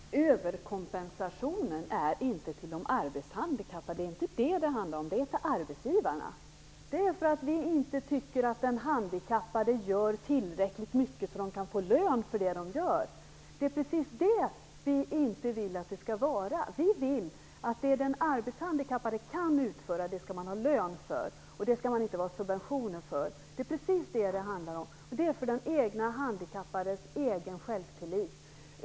Herr talman! Överkompensationen går inte till de arbetshandikappade - det är inte det som det handlar om - utan till arbetsgivarna. Den motiveras med att man inte tycker att den handikappade gör tillräckligt mycket för att få lön för det som de gör. Men det är just så vi inte vill att det skall vara. Vi vill att det som den arbetshandikappade kan utföra skall han ha lön för, inte subventioner. Det är precis detta som det handlar om. Det är fråga om den handikappades självtillit.